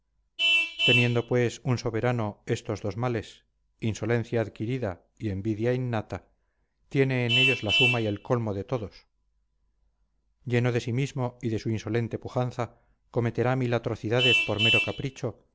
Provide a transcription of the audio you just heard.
teniendo pues un soberano estos dos males insolencia adquirida y envidia innata tiene en ellos la suma y el colmo de todos lleno de sí mismo y de su insolente pujanza cometerá mil atrocidades por mero capricho